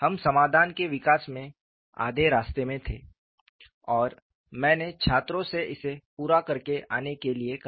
हम समाधान के विकास में आधे रास्ते में थे और मैंने छात्रों से इसे पूरा करने और आने के लिए कहा